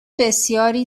بسیاری